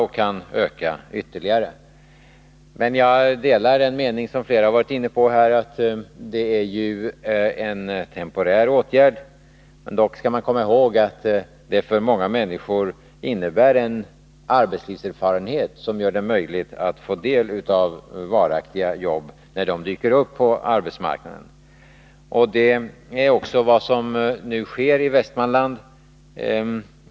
De kan komma att öka ytterligare. Jag delar emellertid den mening som flera talare har varit inne på, nämligen att detta är en temporär åtgärd. Man skall dock komma ihåg att det för många människor innebär en arbetslivserfarenhet som gör det möjligt för dem att få del av varaktiga jobb när dessa dyker upp på arbetsmarknaden. Det är vad som nu sker i Västmanland.